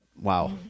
Wow